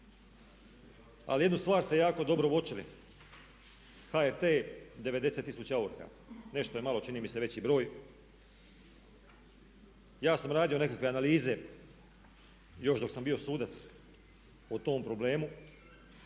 Ali jednu stvar ste jako dobro uočili, HRT 90 tisuća ovrha. Nešto je malo čini mi se veći broj. Ja sam radio nekakve analize još dok sam bio sudac u tom problemu